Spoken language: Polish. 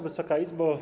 Wysoka Izbo!